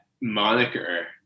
moniker